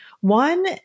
One